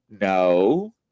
No